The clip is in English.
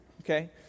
okay